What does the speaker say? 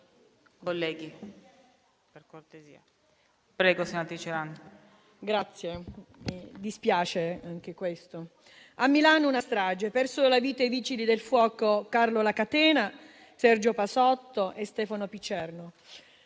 A Milano fu una strage in cui persero la vita i vigili del fuoco Carlo La Catena, Sergio Pasotto e Stefano Picerno,